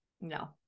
no